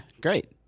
great